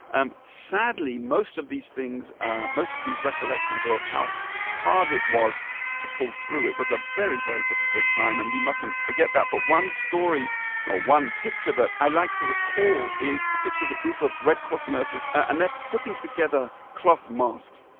and sadly, most of these things most of these recollections are of how hard it was to pull through. it was a very, very difficult time, and we mustn't forget that. but one story or one picture that i like to recall is a picture of a group of red cross nurses, and they're putting together cloth masks.